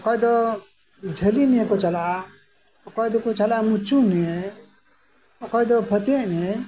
ᱚᱠᱚᱭ ᱫᱚ ᱡᱷᱟᱹᱞᱤ ᱱᱤᱭᱮ ᱠᱚ ᱪᱟᱞᱟᱜᱼᱟ ᱚᱠᱚᱭ ᱫᱚᱠᱚ ᱪᱟᱞᱟᱜᱼᱟ ᱢᱩᱪᱩ ᱱᱤᱭᱮ ᱚᱠᱚᱭ ᱫᱚ ᱯᱷᱟᱹᱛᱭᱟᱹᱜ ᱱᱤᱭᱮ